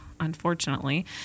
unfortunately